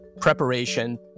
preparation